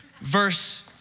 Verse